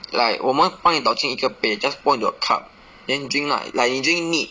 like 我们帮你倒进一个杯 just pour into a cup then drink lah like you drink neat